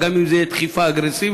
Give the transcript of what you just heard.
גם אם זו תהיה דחיפה אגרסיבית,